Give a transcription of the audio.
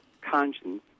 conscience